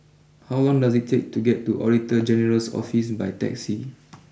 how long does it take to get to Auditor General's Office by taxi